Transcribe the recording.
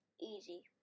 easy